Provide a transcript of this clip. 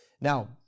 Now